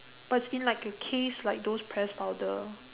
but it's like in like a case like those press powder